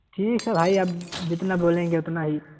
ٹھیک ہے بھائی اب جتنا بولیں گے اتنا ہی